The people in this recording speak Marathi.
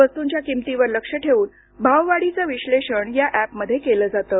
वस्तूंच्या किमतीवर लक्ष ठेवून भाववाढीचं विश्लेषण या एपद्वारे केलं जातं